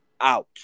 out